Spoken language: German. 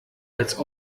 als